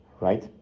right